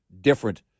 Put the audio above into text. different